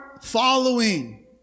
following